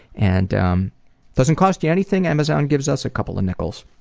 and um doesn't cost you anything. amazon gives us a couple of nickels.